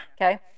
Okay